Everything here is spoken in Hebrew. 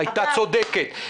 הייתה צודקת.